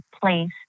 place